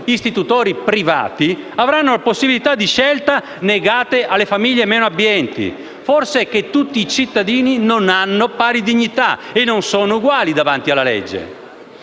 istitutori privati, avranno possibilità di scelta negate alle famiglie meno abbienti. Forse che tutti i cittadini non hanno pari dignità e non sono uguali davanti alla legge?